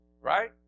right